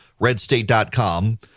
redstate.com